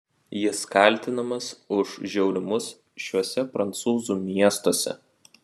jis kaltinamas už žiaurumus šiuose prancūzų miestuose